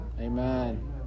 Amen